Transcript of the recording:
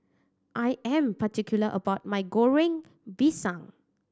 I am particular about my Goreng Pisang